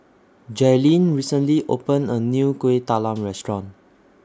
Jailene recently opened A New Kueh Talam Restaurant